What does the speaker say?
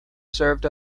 served